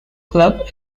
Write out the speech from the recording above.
club